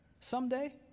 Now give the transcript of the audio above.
someday